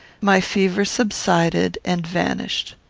my fever subsided and vanished.